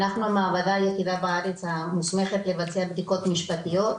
אנחנו המעבדה היחידה בארץ המוסמכת לבצע בדיקות משטרתיות,